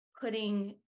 putting